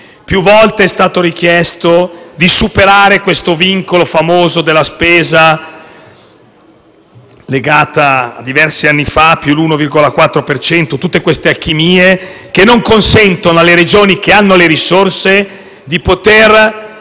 Più volte è stato richiesto di superare il famoso vincolo della spesa legato diversi anni fa a più 1,4 per cento: tutte alchimie che non consentono alle Regioni che hanno le risorse di poter